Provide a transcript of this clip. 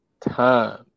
time